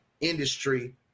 industry